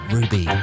Ruby